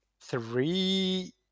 three